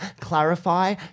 clarify